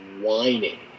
whining